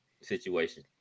situation